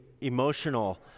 emotional